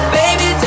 baby